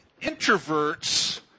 introverts